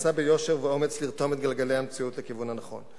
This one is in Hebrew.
המנסה ביושר ואומץ לרתום את גלגלי המציאות לכיוון הנכון.